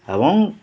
ᱮᱵᱚᱝ